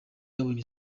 yabonye